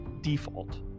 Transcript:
default